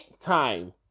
time